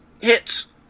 hits